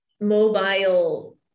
mobile